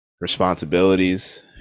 responsibilities